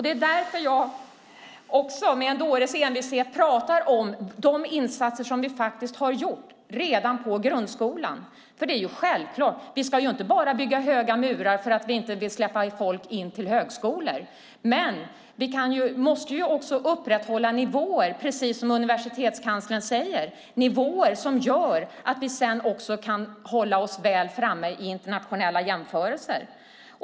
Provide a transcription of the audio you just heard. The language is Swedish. Det är därför som jag också med en dåres envishet pratar om de insatser som vi faktiskt har gjort redan i grundskolan. Det är självklart - vi ska ju inte bara bygga höga murar för att vi inte vill släppa in folk till högskolorna, utan vi måste upprätthålla nivåer, precis som universitetskanslern säger, som gör att vi sedan kan hålla oss väl framme i internationella jämförelser.